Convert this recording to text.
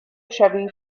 chevy